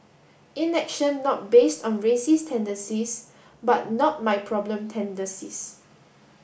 inaction not based on racist tendencies but not my problem tendencies